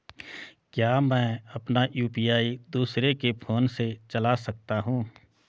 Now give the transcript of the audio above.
क्या मैं अपना यु.पी.आई दूसरे के फोन से चला सकता हूँ?